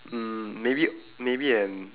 mm maybe maybe an